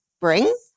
bring